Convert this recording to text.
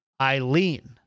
eileen